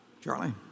Charlie